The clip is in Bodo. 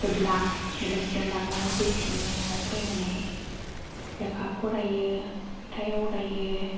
जेब्ला बेलासि जेनेबा न'आव फैफिनो न'आव फैफिनो न'आव फैनानै लेखा फरायो खन्थाइ आवरायो